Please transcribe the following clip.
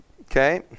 Okay